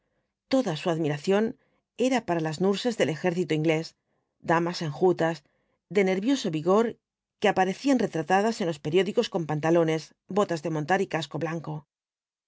toda su admiración era para las nurses del ejército inglés damas enjutas de nervioso vigor que aparecían retratadas en los periódicos con pantalones botas de montar y casco blanco